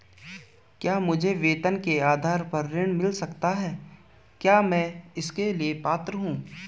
क्या मुझे वेतन के आधार पर ऋण मिल सकता है क्या मैं इसके लिए पात्र हूँ?